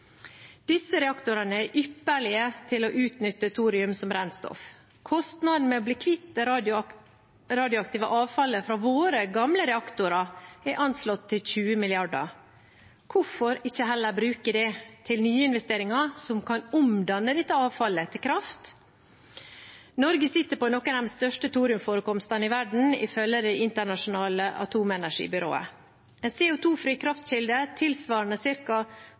Disse reaktorene er ypperlige til å utnytte thorium som brennstoff. Kostnaden med å bli kvitt det radioaktive avfallet fra våre gamle reaktorer er anslått til 20 mrd. kr. Hvorfor ikke heller bruke det til nyinvesteringer som kan omdanne dette avfallet til kraft? Norge sitter på noen av de største thoriumforekomstene i verden, ifølge Det internasjonale atomenergibyrået – en CO 2 -fri kraftkilde tilsvarende